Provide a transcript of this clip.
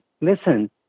listen